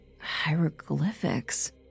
hieroglyphics